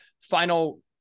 final